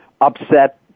upset